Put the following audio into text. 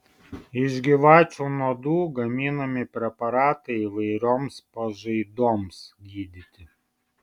iš gyvačių nuodų gaminami preparatai įvairioms pažaidoms gydyti